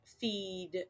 feed